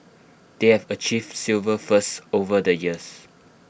they have achieved silver firsts over the years